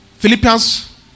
Philippians